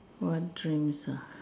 what dreams ah